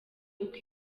uko